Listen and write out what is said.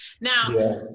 Now